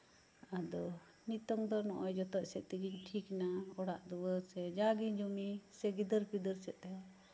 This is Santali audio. ᱟᱫᱚ ᱱᱤᱛᱳᱝ ᱫᱚ ᱱᱚᱜᱼᱚᱭ ᱡᱚᱛᱚ ᱥᱮᱡ ᱛᱮᱜᱮᱧ ᱴᱷᱤᱠ ᱮᱱᱟ ᱱᱚᱜᱼᱚᱭ ᱚᱲᱜ ᱫᱩᱣᱟᱹᱨ ᱥᱮ ᱡᱟᱜᱮ ᱡᱩᱢᱤ ᱥᱮ ᱜᱤᱫᱟᱹᱨᱼᱯᱤᱫᱟᱹᱨ ᱥᱮᱡ ᱛᱮᱦᱚᱸ